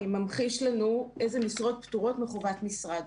שקף 9 ממחיש לנו איזה משרות פטורות מחובת מכרז.